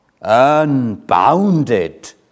unbounded